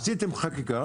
עשיתם חקיקה